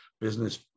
business